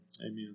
amen